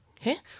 okay